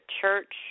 church